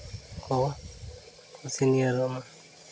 ᱠᱚ ᱥᱤᱱᱤᱭᱟᱨᱚᱜᱼᱟ